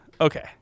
Okay